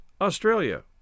Australia